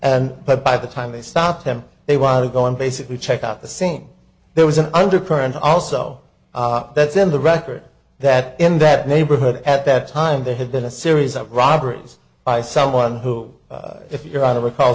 and by the time they stopped him they want to go and basically check out the same there was an undercurrent also that's in the record that in that neighborhood at that time there had been a series of robberies by someone who if you're on a recall